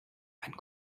einen